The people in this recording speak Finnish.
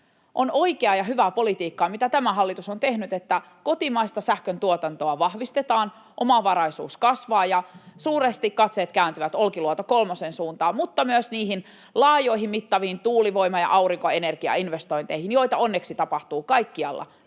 On oikeaa ja hyvää politiikkaa, mitä tämä hallitus on tehnyt, että kotimaista sähköntuotantoa vahvistetaan — omavaraisuus kasvaa. Ja suuresti katseet kääntyvät Olkiluoto kolmosen suuntaan, mutta myös niihin laajoihin, mittaviin tuulivoima- ja aurinkoenergiainvestointeihin, joita onneksi tapahtuu kaikkialla